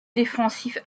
défensif